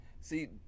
See